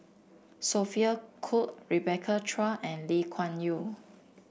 Sophia Cooke Rebecca Chua and Lee Kuan Yew